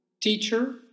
teacher